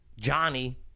Johnny